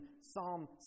Psalm